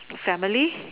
family